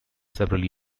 several